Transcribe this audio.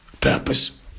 purpose